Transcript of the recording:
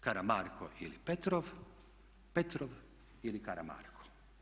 Karamarko ili Petrov, Petrov ili Karamarko?